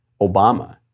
Obama